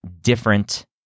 different